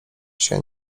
się